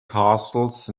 castles